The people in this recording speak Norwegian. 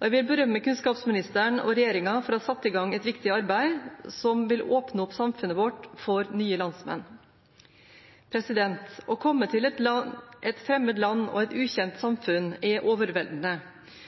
og jeg vil berømme kunnskapsministeren og regjeringen for å ha satt i gang et viktig arbeid som vil åpne opp samfunnet vårt for nye landsmenn. Å komme til et fremmed land og et ukjent samfunn er overveldende.